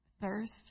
thirst